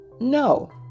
No